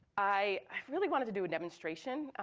i really wanted to do a demonstration.